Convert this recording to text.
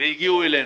והגיעו אלינו,